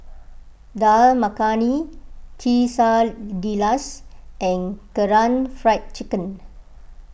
Dal Makhani Quesadillas and Karaage Fried Chicken